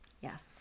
Yes